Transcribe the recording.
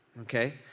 okay